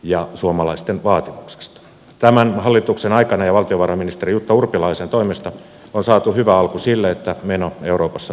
ja suomalaisten paatoksesta tämän hallituksen aikana valtiovarainministeri jutta urpilaisen toimesta on saatu hyvä alku sille että meno euroopassa